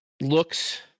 looks